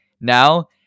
Now